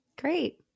Great